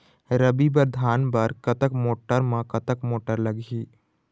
रबी बर धान बर कतक बोर म कतक मोटर लागिही?